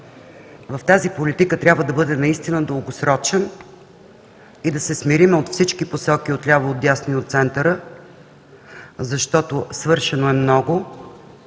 в тази политика трябва да бъде наистина дългосрочен, и да се смирим от всички посоки – от ляво, от дясно, и от центъра, защото свършено е много,